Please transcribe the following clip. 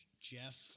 Jeff